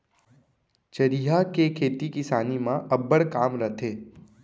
चरिहा के खेती किसानी म अब्बड़ काम रथे